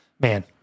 man